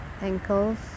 ankles